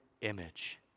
image